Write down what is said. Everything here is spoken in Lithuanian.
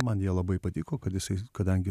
man jie labai patiko kad jisai kadangi